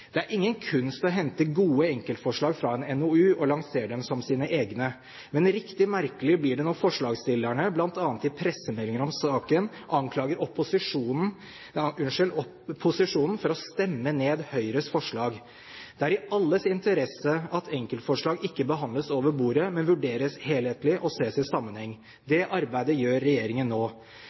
Det er ingen kunst å hente gode enkeltforslag fra en NOU og lansere dem som sine egne, men riktig merkelig blir det når forslagsstillerne bl.a. i pressemeldingen om saken anklager posisjonen for å stemme ned Høyres forslag. Det er i alles interesse at enkeltforslag ikke behandles over bordet, men vurderes helhetlig og ses i sammenheng. Det arbeidet gjør regjeringen nå.